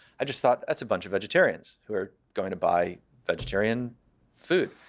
i just thought, that's a bunch of vegetarians who are going to buy vegetarian food.